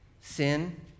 Sin